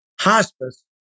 hospice